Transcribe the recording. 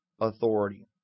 authority